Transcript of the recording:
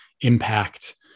impact